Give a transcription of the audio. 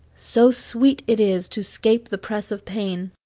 so sweet it is to scape the press of pain.